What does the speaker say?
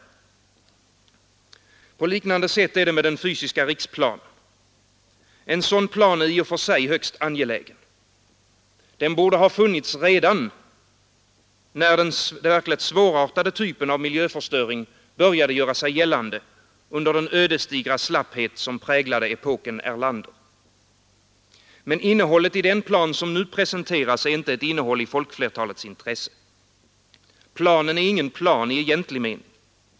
Fredagen den På liknande sätt är det med den fysiska riksplanen. En sådan plan är i 15 december 1972 och för sig högst angelägen. Den borde ha funnits redan när den verkligt svårartade typen av miljöförstöring började göra sig gällande under den ödesdigra slapphet som präglade epoken Erlander. Men innehållet i den plan som nu presenteras är inte ett innehåll i folkflertalets intresse. Planen är ingen plan i egentlig mening.